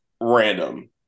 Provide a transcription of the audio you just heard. random